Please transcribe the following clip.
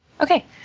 Okay